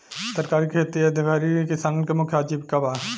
तरकारी के खेती ए घरी किसानन के मुख्य आजीविका बा